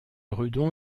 redon